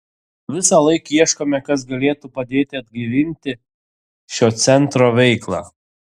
visą laiką ieškome kas galėtų padėti atgaivinti šio centro veiklą